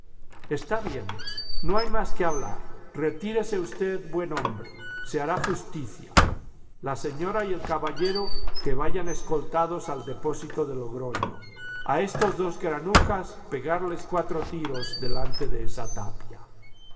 está bien no hay más que hablar retírese usted buen hombre se hará justicia la señora y el caballero que vayan escoltados al depósito de logroño a estos dos granujas pegarles cuatro tiros delante de esa tapia